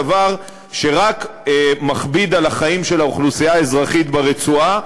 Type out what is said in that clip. דבר שרק מכביד על החיים של האוכלוסייה האזרחית ברצועה,